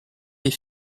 des